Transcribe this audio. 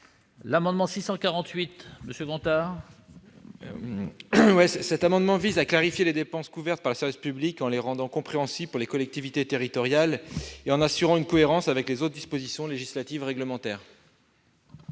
l'amendement n° I-648. Cet amendement vise à clarifier les dépenses couvertes par le service public, en les rendant compréhensibles pour les collectivités territoriales et en assurant une cohérence avec les autres dispositions législatives et réglementaires.